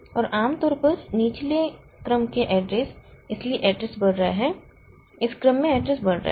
और आम तौर पर निचले क्रम के एड्रेस इसलिए एड्रेस बढ़ रहा है इस क्रम में एड्रेस बढ़ रहा है